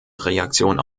reaktion